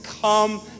come